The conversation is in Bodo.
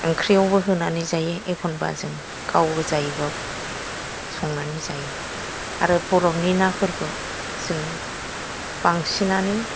ओंख्रियावबो होनानै जायो एखनबा जों गाव गोजायैबाबो संनानै जायो आरो बरफनि नाफोरखौ जों बांसिनानो